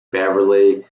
beverly